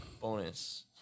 Bonus